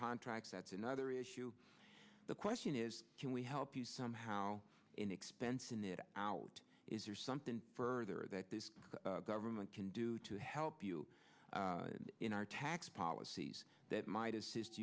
contracts that's another issue the question is can we help you somehow inexpensive out is there something further that this government can do to help you in our tax policies that might assist